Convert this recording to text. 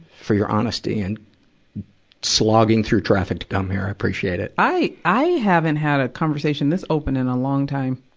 for your honesty and slogging through traffic to come here. i appreciate it. i, i haven't had a conversation this open in a long time.